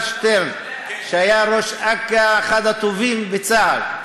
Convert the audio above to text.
אלעזר שטרן, שהיה ראש אכ"א, אחד הטובים בצה"ל.